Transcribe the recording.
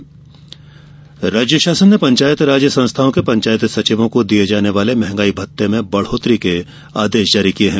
मंहगाई भत्ता राज्य शासन ने पंचायत राज संस्थाओं के पंचायत सचिवों को दिये जाने वाले महंगाई भत्ते में बढ़ोतरी के आदेश जारी किये हैं